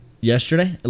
yesterday